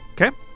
Okay